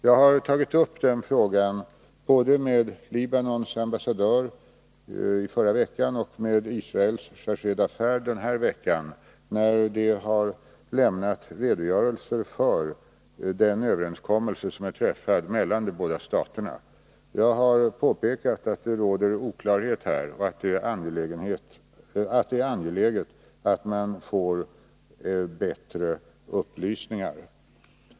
Jag har tagit upp den frågan med både Libanons ambassadör, i förra veckan, och med Israels chargé-d”affaires, denna vecka, när de har lämnat redogörelser för den överenskommelse som är träffad mellan de båda staterna. Jag har påpekat att det råder oklarhet på denna punkt och att det är angeläget att man får bättre upplysningar.